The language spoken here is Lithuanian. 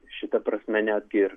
šita prasme netgi ir